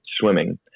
swimming